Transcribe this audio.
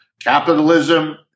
Capitalism